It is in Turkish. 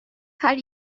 her